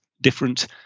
different